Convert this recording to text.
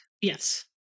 Yes